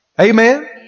Amen